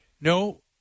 no